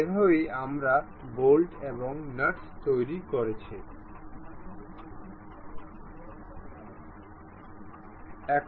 এভাবেই আমরা বোল্ট এবং নাট তৈরি করেছি